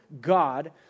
God